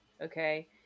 okay